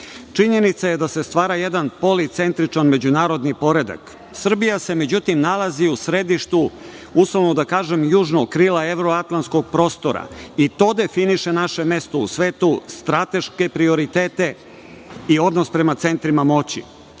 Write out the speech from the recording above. Činjenica je da se stvari jedan policentričan međunarodni poredak. Srbija se međutim nalazi u središtu, uslovno da kažem, južnog krila evroatlanskog prostora i to definiše naše mesto u svetu, strateške prioritete i odnos prema centrima moći. Pored